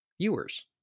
viewers